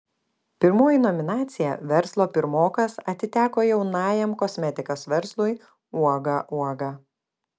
pirmoji nominacija verslo pirmokas atiteko jaunajam kosmetikos verslui uoga uoga